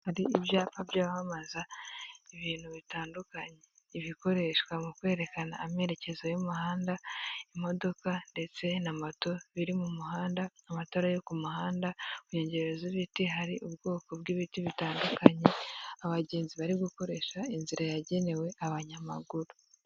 Hari ibyapa byamamaza ibintu bitandukanye ibikoreshwa mu kwerekana amerekezo y'umuhanda, imodoka ndetse na moto biri mu muhanda, amatara yo ku muhanda, ku nkeyongero z'ibiti hari ubwoko bw'ibiti bitandukanye. Abagenzi bari gukoresha inzira yagenewe abanyamaguru.